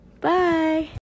Bye